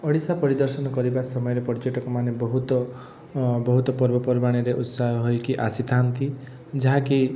ଓଡ଼ିଶା ପରିଦର୍ଶନ କରିବା ସମୟରେ ପର୍ଯ୍ୟଟକମାନେ ବହୁତ ବହୁତ ପର୍ବପର୍ବାଣୀରେ ଉତ୍ସାହ ହୋଇକି ଆସିଥାନ୍ତି ଯାହା କି